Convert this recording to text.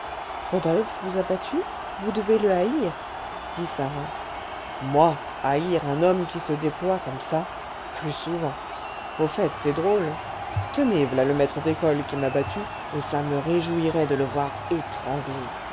rodolphe vous a battu vous devez le haïr dit sarah moi haïr un homme qui se déploie comme ça plus souvent au fait c'est drôle tenez v'là le maître d'école qui m'a battu et ça me réjouirait de le voir étrangler